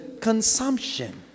consumption